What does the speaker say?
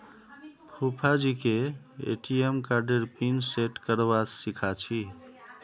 फूफाजीके ए.टी.एम कार्डेर pin set करवा सीखा छि